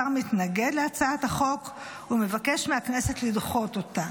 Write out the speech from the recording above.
השר מתנגד להצעת החוק ומבקש מהכנסת לדחות אותה.